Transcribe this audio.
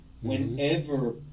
Whenever